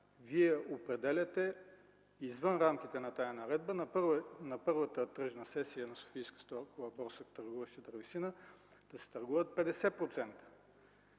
Вие определяте извън рамките на тази наредба на Първата тръжна сесия на Софийска стокова борса, търгуваща с дървесина, да се търгуват 50%.